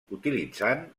utilitzant